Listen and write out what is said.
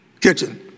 Kitchen